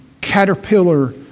caterpillar